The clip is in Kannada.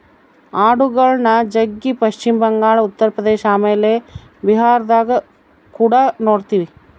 ಆಡುಗಳ್ನ ಜಗ್ಗಿ ಪಶ್ಚಿಮ ಬಂಗಾಳ, ಉತ್ತರ ಪ್ರದೇಶ ಆಮೇಲೆ ಬಿಹಾರದಗ ಕುಡ ನೊಡ್ತಿವಿ